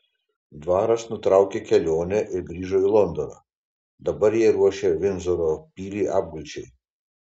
dvaras nutraukė kelionę ir grįžo į londoną dabar jie ruošia vindzoro pilį apgulčiai